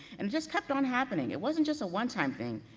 and just kept on happening. it wasn't just a one-time thing,